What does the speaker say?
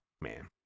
man